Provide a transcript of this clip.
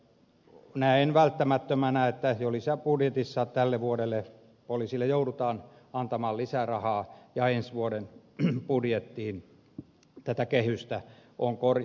näen välttämättömänä että jo lisäbudjetissa tälle vuodelle poliisille annetaan lisärahaa ja ensi vuoden budjettiin tätä kehystä on korjattava